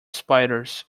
spiders